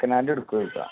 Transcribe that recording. ആ second hand എടുക്കുമോ